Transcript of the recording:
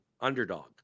underdog